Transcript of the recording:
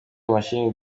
mashini